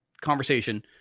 conversation